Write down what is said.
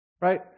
right